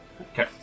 Okay